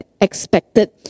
expected